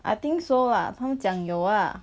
I think so lah 他们讲有啊